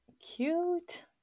Cute